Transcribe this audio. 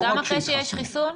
גם אחרי שיש חיסון?